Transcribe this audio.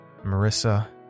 Marissa